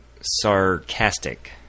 sarcastic